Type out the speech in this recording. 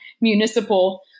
municipal